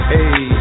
Hey